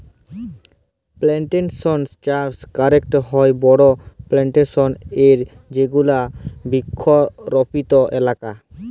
plantation চাস ক্যরেক হ্যয় বড় প্লানটেশল এ যেগুলা বৃক্ষরপিত এলাকা